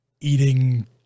eating